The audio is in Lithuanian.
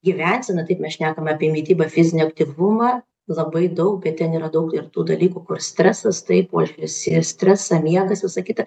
gyvenseną taip mes šnekam apie mitybą fizinį aktyvumą labai daug bet ten yra daug ir tų dalykų kur stresas tai požiūris į stresą miegas visa kita